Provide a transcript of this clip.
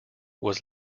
was